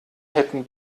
hätten